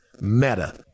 Meta